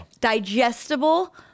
digestible